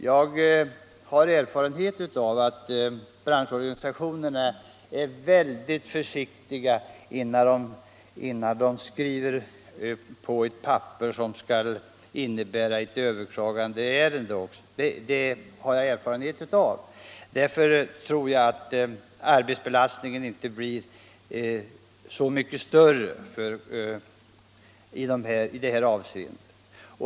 Jag har erfarenhet av att branschorganisationerna är mycket försiktiga innan de skriver på ett papper i ett överklagandeärende. Därför tror jag inte att arbetsbelastningen skulle bli så mycket större.